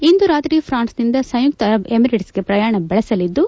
ಇಂದು ರಾತ್ರಿ ಫ್ರಾನ್ಸ್ನಿಂದ ಸಂಯುಕ್ತ ಅರಬ್ ಎಮಿರೆಟ್ಸ್ಗೆ ಶ್ರಯಾಣ ಬೆಳಸಲಿದ್ದು